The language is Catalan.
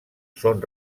són